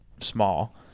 small